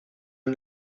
nun